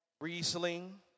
Riesling